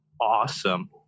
awesome